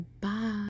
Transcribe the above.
Bye